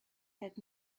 had